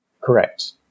correct